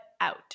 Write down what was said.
out